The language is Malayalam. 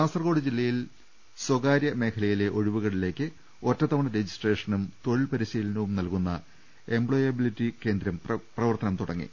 കാസർകോട്ട് ജില്ലയിൽ സ്ഥകാര്യ മേഖലയിലെ ഒഴിവുകളി ലേക്ക് ഒറ്റത്തവണ് രജിസ്ട്രേഷനും തൊഴിൽ പരിശീലനവും നൽകുന്ന എംപ്ലോയബിലിറ്റി കേന്ദ്രം പ്രവർത്തനം തുടങ്ങി